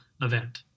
event